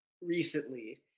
recently